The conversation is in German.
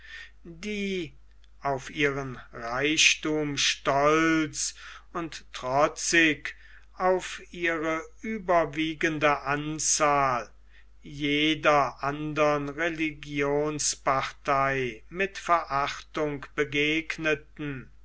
die auf ihren reichthum stolz und trotzig auf ihre überwiegende anzahl jeder andern religionspartei mit verachtung begegneten